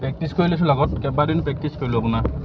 practice কৰি লৈছোঁ লগত কেইবাদিনো প্ৰেক্টচ কৰিলো আপোনাৰ